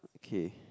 okay